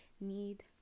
need